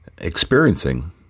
experiencing